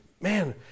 man